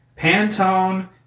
Pantone